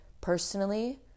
personally